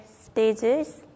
stages